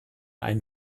einen